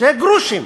שזה גרושים,